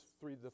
three